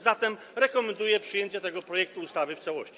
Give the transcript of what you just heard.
Zatem rekomenduję przyjęcie tego projektu ustawy w całości.